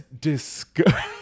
disgusting